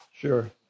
Sure